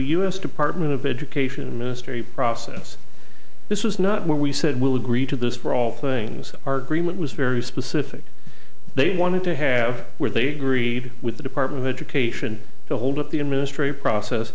s department of education ministry process this was not where we said we'll agree to this for all things are green it was very specific they wanted to have where they agreed with the department of education to hold up the administrative process